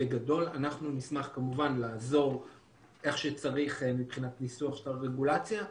אשמח כמובן לעזור איך שצריך מבחינת ניסוח של הרגולציה.